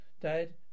Dad